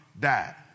Died